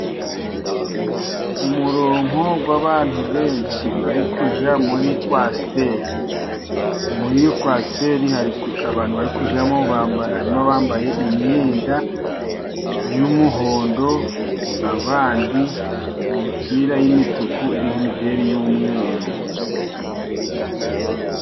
Umurongo w'abantu benshi bari kujya muri kwasteri. Muri iyo coaster abantu bari kujyamo, hari abambaye imyenda y'umuhondo, abandi imipira y'imituku iriho imideri y'umweru.